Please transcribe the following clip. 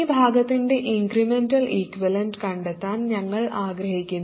ഈ ഭാഗത്തിൻറെ incremental equivalent കണ്ടെത്താൻ ഞങ്ങൾ ആഗ്രഹിക്കുന്നു